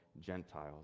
Gentiles